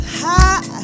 high